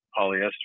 polyester